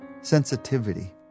sensitivity